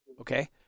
okay